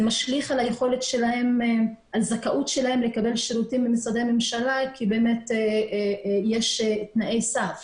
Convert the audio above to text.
זה משליך על הזכאות שלהם לקבל שירותים ממשרדי הממשלה כי יש תנאי סף.